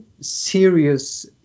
serious